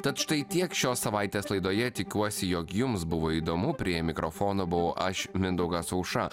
tad štai tiek šios savaitės laidoje tikiuosi jog jums buvo įdomu prie mikrofono buvau aš mindaugas aušra